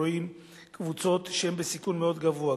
רואים קבוצות שהן בסיכון מאוד גבוה,